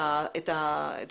בסופו של דבר,